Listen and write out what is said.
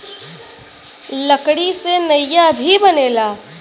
लकड़ी से नईया भी बनेला